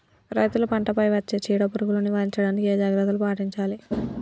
రైతులు పంట పై వచ్చే చీడ పురుగులు నివారించడానికి ఏ జాగ్రత్తలు పాటించాలి?